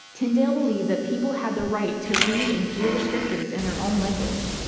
tyndale believed that people had the right to read and hear the scriptures in their own language.